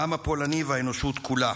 העם הפולני והאנושות כולה.